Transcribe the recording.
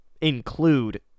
include